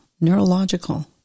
neurological